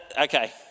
Okay